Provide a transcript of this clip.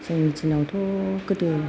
जोंनि दिनावथ' गोदो